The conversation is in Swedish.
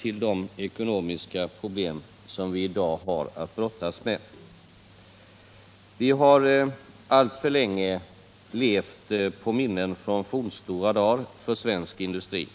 till de ekonomiska problem som vi i dag har att brottas med. Vi har alltför länge levt på minnen från fornstora dar för svensk industri.